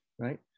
right